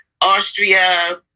Austria